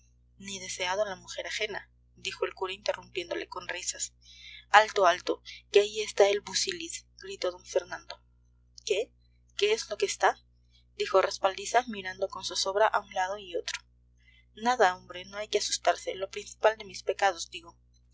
ni ni deseado la mujer ajena dijo el cura interrumpiéndole con risas alto alto que ahí está el busilis gritó d fernando qué qué es lo que está dijo respaldiza mirando con zozobra a un lado y otro nada hombre no hay que asustarse lo principal de mis pecados digo